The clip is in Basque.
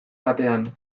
batean